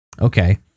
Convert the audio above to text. okay